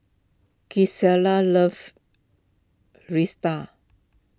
Gisselle loves